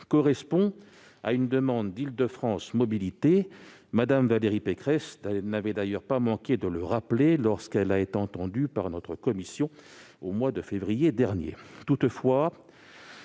correspond à une demande d'Île-de-France Mobilités. Mme Valérie Pécresse n'a d'ailleurs pas manqué de le rappeler lorsqu'elle a été entendue par notre commission au mois de février dernier. Toutefois,